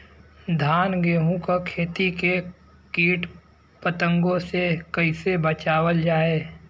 धान गेहूँक खेती के कीट पतंगों से कइसे बचावल जाए?